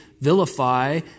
vilify